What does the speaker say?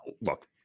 Look